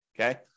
okay